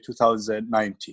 2019